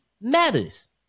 matters